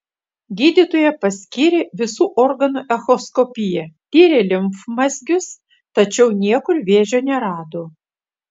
gydytoja paskyrė visų organų echoskopiją tyrė limfmazgius tačiau niekur vėžio nerado